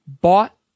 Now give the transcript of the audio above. bought